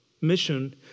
mission